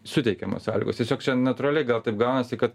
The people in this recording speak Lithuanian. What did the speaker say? suteikiamos sąlygos tiesiog čia natūraliai gal taip gaunasi kad